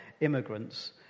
immigrants